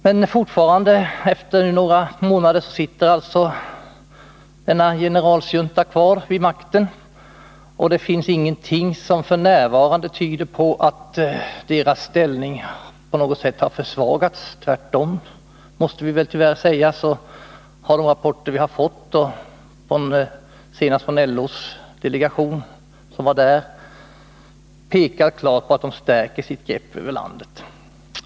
Men fortfarande, efter några månader, sitter generalsjuntan kvar vid makten, och det finns f. n. ingenting som tyder på att dess ställning har försvagats. Tvärtom har de rapporter som vi fått — senast från den LO-delegation som besökt Bolivia — tyvärr klart pekat på att militärjuntan stärker sitt grepp om landet.